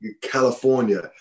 California